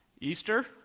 Easter